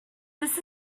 this